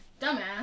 dumbass